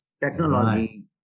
technology